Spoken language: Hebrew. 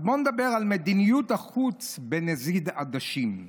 אז בואו נדבר על מדיניות החוץ בנזיד עדשים.